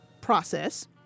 process